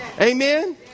Amen